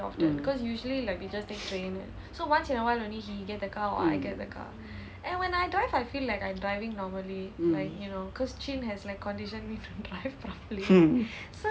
hmm